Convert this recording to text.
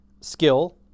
skill